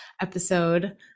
episode